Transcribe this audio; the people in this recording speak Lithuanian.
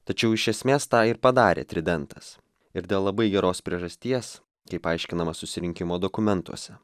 tačiau iš esmės tą ir padarė tridentas ir dėl labai geros priežasties kaip aiškinama susirinkimo dokumentuose